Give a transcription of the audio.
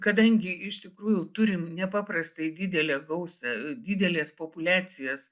kadangi iš tikrųjų turim nepaprastai didelę gausią didelės populiacijas